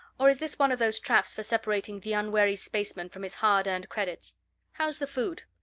or is this one of those traps for separating the unwary spaceman from his hard-earned credits how's the food?